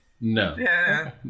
No